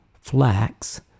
Flax